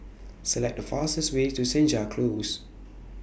Select The fastest Way to Senja Close